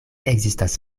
ekzistas